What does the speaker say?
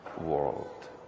world